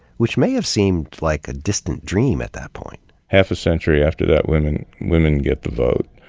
wh ich may have seemed like a distant dream at that point. half a century after that women women get the vote.